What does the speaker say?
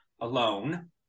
alone